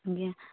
ଆଜ୍ଞା